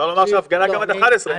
אפשר להגיד גם שההפגנה עד 11,